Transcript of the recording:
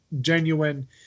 genuine